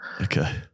Okay